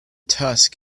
tusk